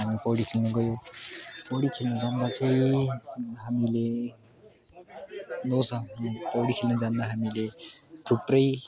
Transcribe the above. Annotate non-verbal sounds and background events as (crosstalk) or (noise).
हामी पौडी खेल्नु गयो पौडी खेल्नु जाँदा चाहिँ हामीले (unintelligible) पौडी खेल्नु जाँदा हामीले थुप्रै